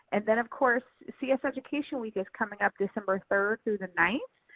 and then of course, cs education week is coming up december third through the ninth.